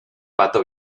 pato